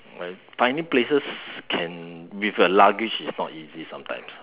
right tiny places can with a luggage is not easy some times